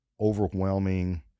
overwhelming